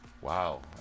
Wow